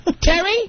Terry